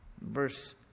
Verse